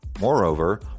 Moreover